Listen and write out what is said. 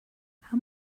how